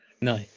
No